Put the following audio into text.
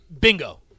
Bingo